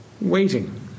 waiting